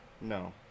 No